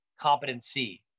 competency